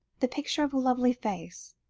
the picture of a lovely face,